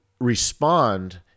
respond